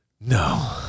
No